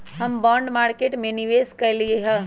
हम bond market में निवेश कलियइ ह